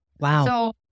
Wow